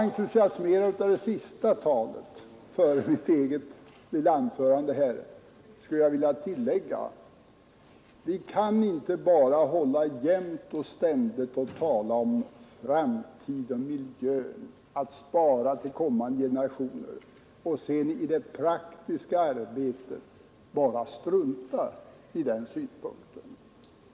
Entusiasmerad av det senaste talet före mitt eget lilla anförande här vill jag tillägga: Vi kan inte jämt och ständigt tala om framtiden och miljön och om att spara till kommande generationer och sedan i det praktiska arbetet bara strunta i den synpunkten.